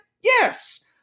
Yes